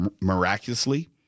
miraculously